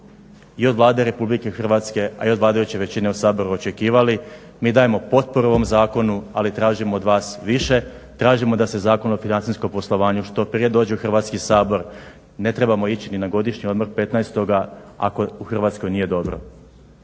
i od Vlade RH, a i od vladajuće većine u Saboru očekivali. Mi dajemo potporu ovome zakonu ali tražimo od vas više, tražimo da se Zakon o financijskom poslovanju što prije dođe u Hrvatski sabor. Ne trebamo ići na godišnji odmor 15. ako u Hrvatskoj nije dobro.